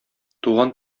туган